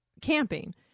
camping